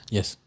Yes